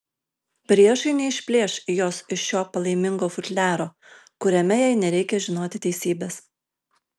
priešai neišplėš jos iš šio palaimingo futliaro kuriame jai nereikia žinoti teisybės